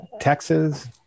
Texas